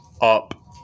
up